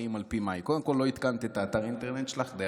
קודם כול לא עדכנת את אתר האינטרנט די הרבה זמן.